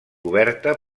coberta